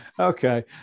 Okay